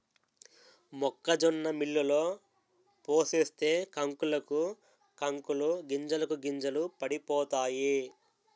మొక్కజొన్న మిల్లులో పోసేస్తే కంకులకు కంకులు గింజలకు గింజలు పడిపోతాయి